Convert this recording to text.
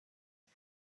است